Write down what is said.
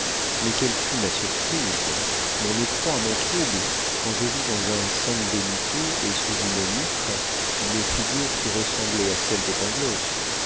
mais quelle fut ma surprise mon effroi mon trouble quand je vis dans un san benito et sous une mitre une figure qui ressemblait à celle de